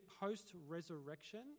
post-resurrection